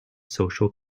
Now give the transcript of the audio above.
social